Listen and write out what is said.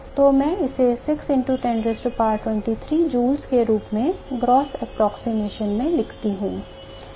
तो मैं इसे 6 x 10 23 joules के रूप में gross approximation में लिखता हूँ